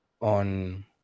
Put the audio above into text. ...on